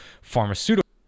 pharmaceutical